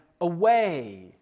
away